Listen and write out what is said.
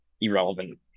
irrelevant